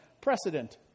precedent